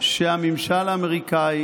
שהממשל האמריקאי